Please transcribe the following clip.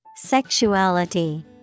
Sexuality